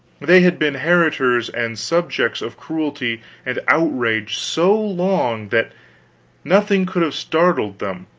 they had been heritors and subjects of cruelty and outrage so long that nothing could have startled them